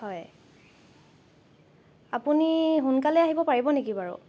হয় আপুনি সোনকালে আহিব পাৰিব নেকি বাৰু